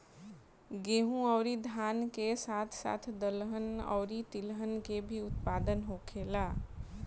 गेहूं अउरी धान के साथ साथ दहलन अउरी तिलहन के भी उत्पादन होखेला